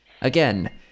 Again